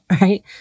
right